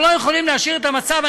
אנחנו לא יכולים להשאיר את המצב.